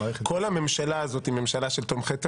כל הממשלה הזאת היא ממשלה של תומכי טרור,